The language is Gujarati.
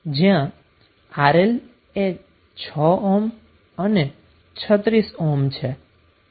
જ્યાં RL એ 6 ઓહ્મ અને 36 ઓહ્મ છે